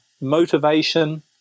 motivation